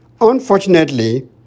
Unfortunately